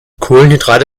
kohlenhydrate